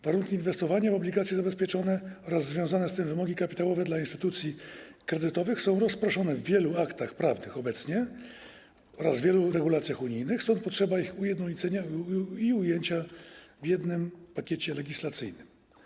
Warunki inwestowania w obligacje zabezpieczone oraz związane z tym wymogi kapitałowe dla instytucji kredytowych są obecnie rozproszone w wielu aktach prawnych oraz w wielu regulacjach unijnych, stąd potrzeba ich ujednolicenia i ujęcia w jednym pakiecie legislacyjnym.